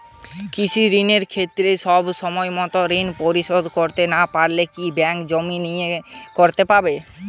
কৃষিঋণের ক্ষেত্রে সময়মত ঋণ পরিশোধ করতে না পারলে কি ব্যাঙ্ক জমি নিলাম করতে পারে?